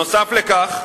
בנוסף לכך,